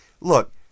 Look